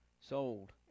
Sold